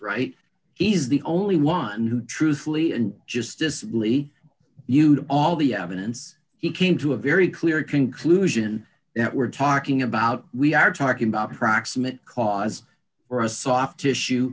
right is the only one who truthfully and just as only you do all the evidence he came to a very clear conclusion that we're talking about we are talking about proximate cause or a soft tissue